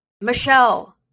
Michelle